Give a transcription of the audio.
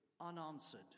unanswered